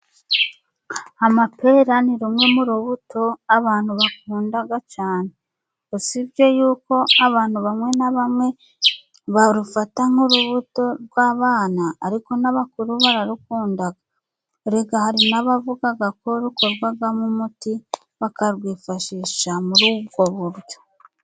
Amapera ni rumwe mu rubuto abantu bakunda cyane, usibye yuko abantu bamwe na bamwe barufata nk'urubuto rw'abana ariko n'abakuru bararukunda. Erega hari n'abavuga ko rukorwamo umuti bakarwifashisha muri ubwo buryo.